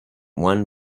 one